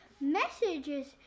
messages